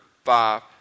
five